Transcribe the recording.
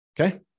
Okay